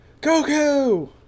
Goku